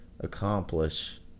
accomplish